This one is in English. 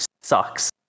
sucks